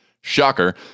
shocker